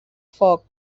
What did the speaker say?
foc